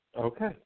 Okay